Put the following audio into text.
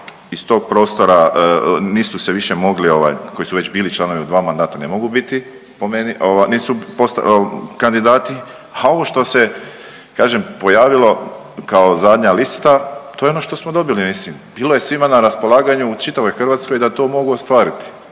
iz tog prostora, nisu se više mogli ovaj, koji su već bili članovi u dva mandata ne mogu biti, po meni, ovo, nisu .../nerazumljivo/... kandidati, a ovo što se, kažem, pojavilo kao zadnja lista, to je ono što smo dobili. Mislim, bilo je svima na raspolaganju u čitavoj hrvatskoj da to mogu ostvariti.